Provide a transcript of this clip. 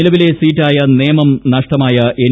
നില്പിലെ സീറ്റായ നേമം നഷ്ടമായ എൻ